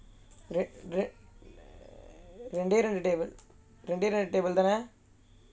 red red உன்:un name மட்டும்:mattum lah எத்தனை:ethanai